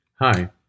Hi